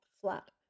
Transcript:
flat